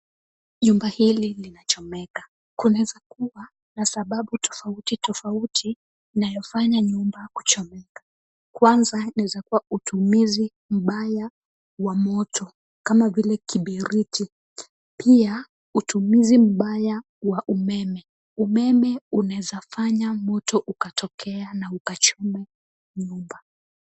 Jumba hili limechomeka. Kunaeza kuwa na sababu tofauti tofauti inayofanya nyumba kuchomeka. Kwanza inaweza kuwa utumizi mbaya wa moto kama vile kiberiti, pia, utumizi mbaya wa umeme unaeza fanya moto ukatokea na ukachoma nyumba.